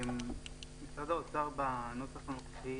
בנוסח הנוכחי